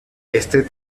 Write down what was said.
este